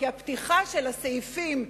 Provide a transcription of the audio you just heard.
כי הפתיחה של הסעיפים,